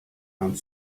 and